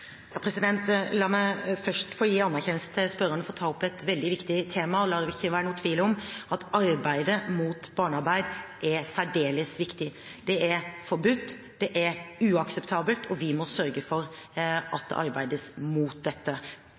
La meg først få gi anerkjennelse til spørreren for å ta opp et veldig viktig tema. La det ikke være noen tvil om at arbeidet mot barnearbeid er særdeles viktig. Det er forbudt, det er uakseptabelt og vi må sørge for at det arbeides mot dette